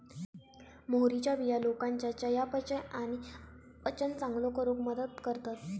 मोहरीच्या बिया लोकांच्या चयापचय आणि पचन चांगलो करूक मदत करतत